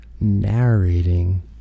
narrating